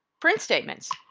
print statement.